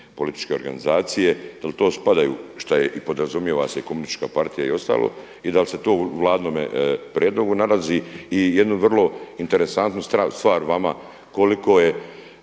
političke organizacije dal u to spadaju šta je i podrazumijeva se komunistička partija i ostalo i da li se to u vladinome prijedlogu nalazi? I jednu vrlo interesantnu stvar vama koliko je